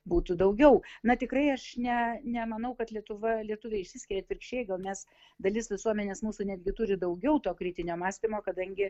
būtų daugiau na tikrai aš ne nemanau kad lietuvoje lietuviai išsiskiria atvirkščiai gal mes dalis visuomenės mūsų netgi turi daugiau to kritinio mąstymo kadangi